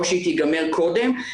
או שהיא תיגמר קודם,